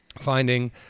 finding